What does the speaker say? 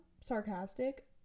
sarcastic